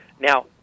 Now